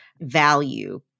value